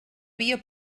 via